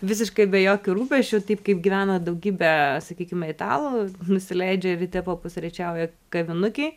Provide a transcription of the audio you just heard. visiškai be jokių rūpesčių taip kaip gyvena daugybė sakykime italų nusileidžia ryte papusryčiauja kavinukėj